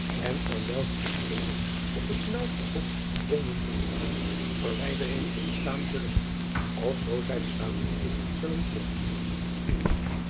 en aan welke ik eens op het naauwste hoop verbonden te worden verwijderingen ontdaan zullen of zoo zij bestaan mogten zullen voortduren